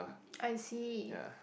I see